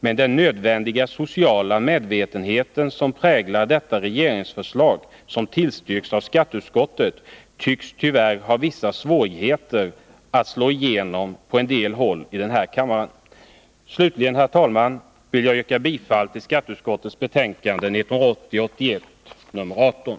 Men den nödvändiga sociala medvetenhet som präglar detta regeringsförslag, som tillstyrks av skatteutskottet, tycks tyvärr ha vissa svårigheter att slå igenom på en del håll i den här kammaren. Slutligen, herr talman, vill jag yrka bifall till skätteutskottets hemställan i dess betänkande 1980/81:18.